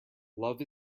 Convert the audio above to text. love